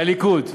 והליכוד.